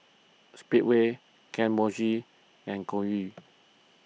Speedway Kane Mochi and Hoyu